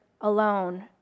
alone